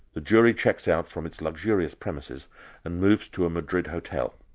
the jury checks out from its luxurious premises and moves to a madrid hotel.